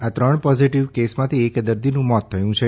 આ ત્રણ positive case માંથી એક દર્દીનું મોત થયું છે